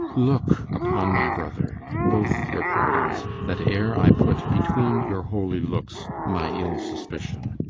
look upon my brother both your pardons, that e'er i put between your holy looks my ill suspicion